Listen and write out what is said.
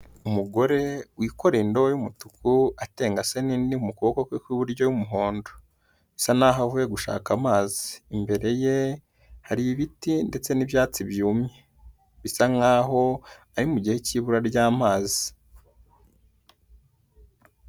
Umugore wikoreye indobo y'umutuku, atengase n'indi mu kuboko kwe kw'iburyo y'umuhondo, asa naho avuye gushaka amazi, imbere ye hari ibiti ndetse n'ibyatsi byumye, bisa nkaho ari mu gihe cy'ibura ry'amazi.